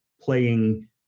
playing